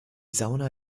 sauna